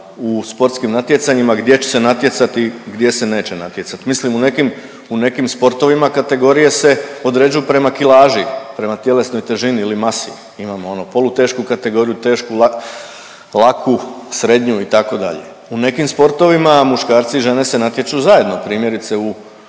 u sportskim natjecanjima gdje će se natjecati, gdje se neće natjecati. Mislim u nekim, u nekim sportovima kategorije se određuju prema kilaži, prema tjelesnoj težini ili masi, imamo ono polutešku kategoriju, tešku, la… laku, srednju itd. U nekim sportovima muškarci i žene se natječu zajedno, primjerice u